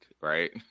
Right